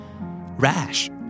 Rash